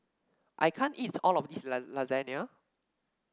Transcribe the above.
I can't eat all of this Lasagna